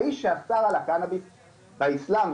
האיש שאסר את הקנאביס באסלאם,